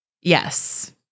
Yes